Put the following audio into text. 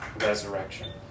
resurrection